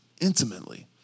intimately